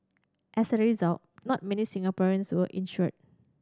as a result not many Singaporeans were insured